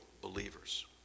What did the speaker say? believers